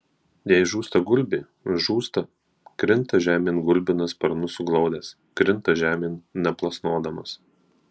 jei žūsta gulbė žūsta krinta žemėn gulbinas sparnus suglaudęs krinta žemėn neplasnodamas